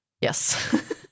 Yes